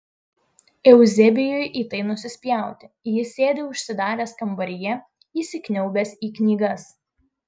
euzebijui į tai nusispjauti jis sėdi užsidaręs kambaryje įsikniaubęs į knygas